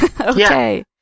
Okay